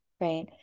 right